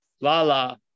Lala